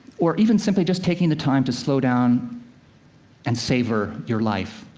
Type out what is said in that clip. or even simply just taking the time to slow down and savor your life.